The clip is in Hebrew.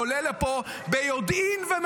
עולה לפה ומשקר ביודעין.